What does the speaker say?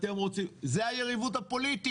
אתם רוצים להיות בשלטון זו היריבות הפוליטית.